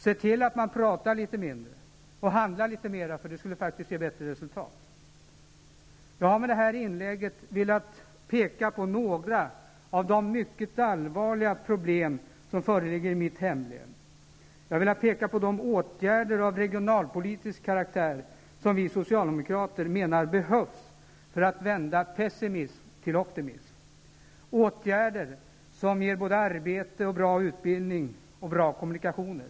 Se till att man pratar litet mindre och handlar litet mer. Det skulle faktiskt ge bättre resultat. Jag har med det här inlägget velat peka på några av de mycket allvarliga problem som föreligger i mitt hemlän. Jag har velat peka på de åtgärder av regional politisk karaktär som vi socialdemokrater menar behövs för att vända pessimism till optimism. Det är åtgärder som ger både arbete, bra utbildning och bra kommunikationer.